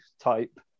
type